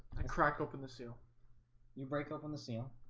i'm crack open the sue you break open the seal,